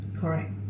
Correct